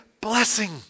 blessing